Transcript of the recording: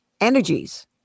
energies